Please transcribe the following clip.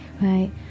right